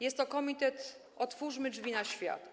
Jest to komitet Otwórzmy Drzwi na Świat.